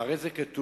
אחרי זה כתוב: